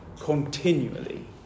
continually